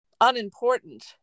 unimportant